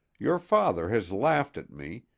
your father has laughed at me,